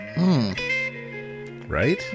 Right